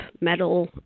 metal